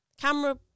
Camera